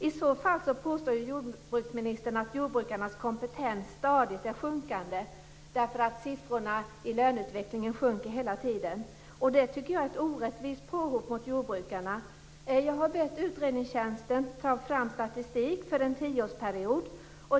I så fall påstår jordbruksministern att jordbrukarnas kompetens stadigt är sjunkande. Siffrorna för löneutvecklingen sjunker nämligen hela tiden. Jag tycker att det är ett orättvist påhopp på jordbrukarna. Jag har bett utredningstjänsten ta fram statistik för en tioårsperiod.